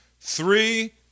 three